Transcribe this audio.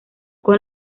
con